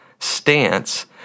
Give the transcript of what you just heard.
stance